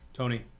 Tony